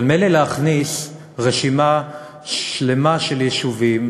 אבל מילא להכניס רשימה שלמה של יישובים